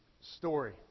story